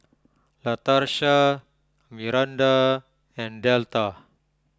Latarsha Myranda and Delta